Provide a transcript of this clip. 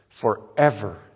forever